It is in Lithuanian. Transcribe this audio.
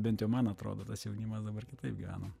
bent jau man atrodo tas jaunimas dabar kitaip gyvena